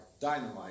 dynamite